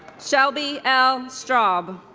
shelby l. straub